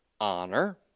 honor